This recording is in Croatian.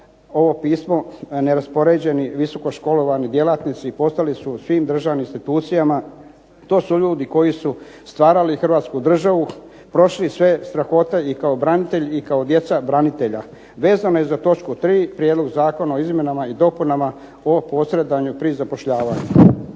ovo pismo neraspoređeni visokoškolovani djelatnici poslali su svim državnim institucijama. To su ljudi koji su stvarali Hrvatsku državu, prošli sve strahote i kao branitelji i kao djeca branitelja. Vezano je za točku 3. Prijedlog zakona o izmjenama i dopunama o posredovanju pri zapošljavanju.